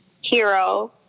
Hero